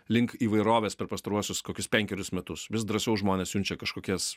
link įvairovės per pastaruosius kokius penkerius metus vis drąsiau žmonės siunčia kažkokias